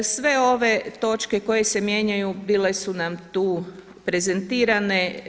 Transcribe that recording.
Sve ove točke koje se mijenjaju bile su nam tu prezentirane.